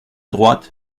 droite